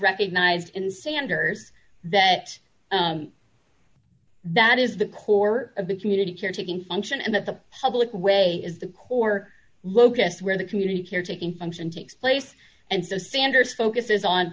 recognized in sanders that that is the core of the community caretaking function and that the public away is the core locus where the community care taking function takes place and so sanders focuses on